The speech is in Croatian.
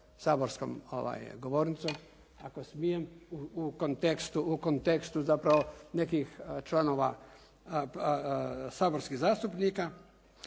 saborskom govornicom ako smijem u kontekstu zapravo nekih članova saborskih zastupnika.